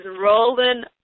Roland